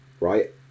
right